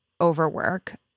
overwork